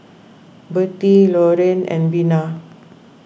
Birtie Lorene and Bina